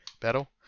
battle